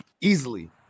easily